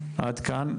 עד כאן.